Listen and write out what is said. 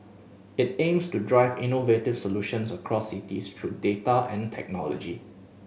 it aims to drive innovative solutions across cities through data and technology